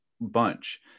bunch